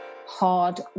hard